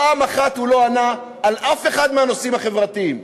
פעם אחת הוא לא ענה אף על אחד מהנושאים החברתיים.